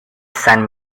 san